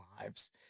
lives